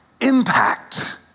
impact